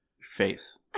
Face